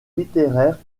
littéraire